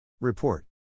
Report